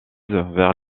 vers